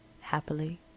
Happily